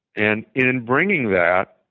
and in bringing that,